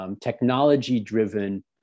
technology-driven